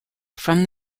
from